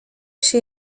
się